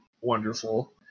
wonderful